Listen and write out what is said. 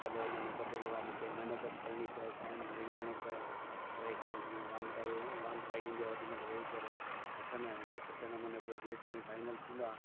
भले उन में ॿ टे दफ़ा मूंखे महिनत बि करणी पए टाइम बि विझाइणो पए एकांत में वांद काई वो वांद काई हूंदी आहे ओॾी महिल वेही करे लिखंदा आहियूं ऐं सुठे नमूने पोइ जेसि ताईं फाइनल थींदो आहे